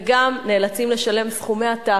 וגם נאלצים לשלם סכומי עתק,